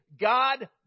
God